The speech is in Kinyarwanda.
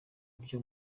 buryo